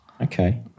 Okay